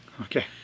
Okay